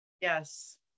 yes